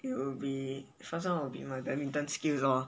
it'll be first one will be my badminton skills lor